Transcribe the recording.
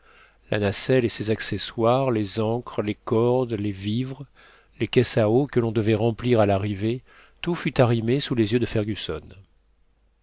la nacelle et ses accessoires les ancres les cordes les vivres les caisses à eau que l'on devait remplir à l'arrivée tout fut arrimé sous les yeux de fergusson